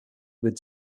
with